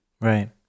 Right